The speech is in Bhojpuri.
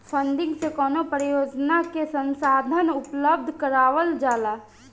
फंडिंग से कवनो परियोजना के संसाधन उपलब्ध करावल जाला